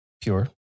Pure